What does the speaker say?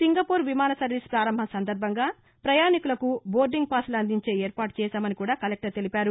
Singapore విమాన service పారంభం సందర్భంగా పయాణికులకు బోర్డింగ్ పాసులు అందించే ఏర్పాటు చేశామని కూడా కలెక్టర్ తెలిపారు